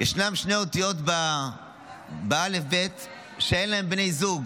ישנן שתי אותיות בא"ב שאין להן בנות זוג.